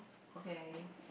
okay